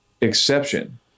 exception